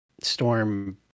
storm